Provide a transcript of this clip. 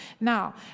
Now